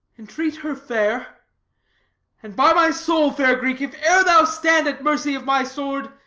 entreat her fair and, by my soul, fair greek, if e'er thou stand at mercy of my sword,